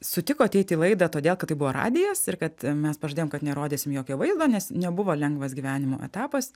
sutiko ateit į laidą todėl kad tai buvo radijas ir kad mes pažadėjom kad nerodysim jokio vaizdo nes nebuvo lengvas gyvenimo etapas